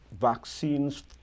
vaccines